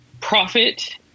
profit